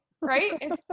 Right